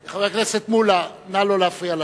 חבר הכנסת מולה, נא לא להפריע לשר.